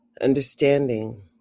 understanding